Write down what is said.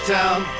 town